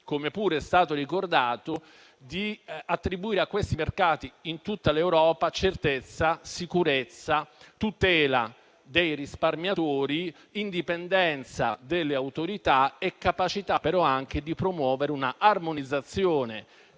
come pure è stato ricordato - di attribuire a questi mercati in tutta l'Europa certezza, sicurezza, tutela dei risparmiatori, indipendenza delle autorità, nonché capacità di promuovere una armonizzazione